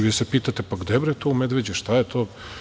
Vi se pitate - gde je bre to u Medveđi, šta je to?